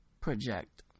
project